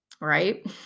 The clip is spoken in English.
Right